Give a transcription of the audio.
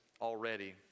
already